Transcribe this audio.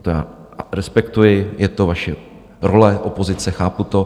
To já respektuji, je to vaše role opozice, chápu to.